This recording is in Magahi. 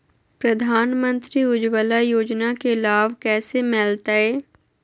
प्रधानमंत्री उज्वला योजना के लाभ कैसे मैलतैय?